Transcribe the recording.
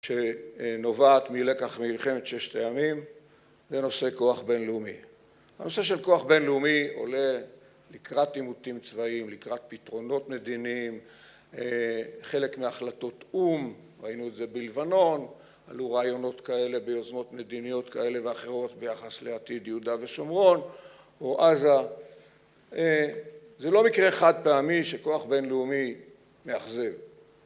שנובעת מלקח ממלחמת ששת הימים, זה נושא כוח בינלאומי. הנושא של כוח בינלאומי עולה לקראת עימותים צבאיים, לקראת פתרונות מדיניים, חלק מהחלטות או"ם, ראינו את זה בלבנון, עלו רעיונות כאלה ביוזמות מדיניות כאלה ואחרות ביחס לעתיד יהודה ושומרון, או עזה. זה לא מקרה חד פעמי שכוח בינלאומי מאכזב.